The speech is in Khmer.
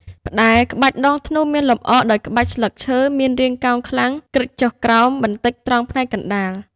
ផ្តែរ ក្បាច់ដងធ្នូមានលម្អដោយក្បាច់ស្លឹងឈើ មានរាងកោងខ្លាំង គ្រេចចុះក្រោមបន្តិចត្រង់ផ្នែកកណ្តាល។